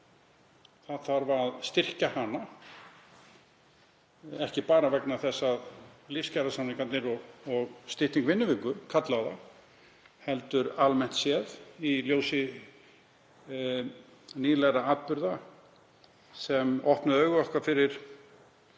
það þarf að styrkja hana, ekki bara vegna þess að lífskjarasamningarnir og stytting vinnuviku kalli á það, heldur almennt séð í ljósi nýlegra atburða sem opnuðu augu okkar fyrir